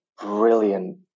brilliant